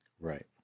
Right